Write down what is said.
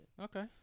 Okay